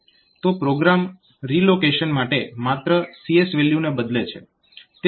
તો program relocation માત્ર CS વેલ્યુને બદલે છે